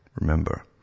remember